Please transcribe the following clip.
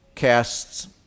casts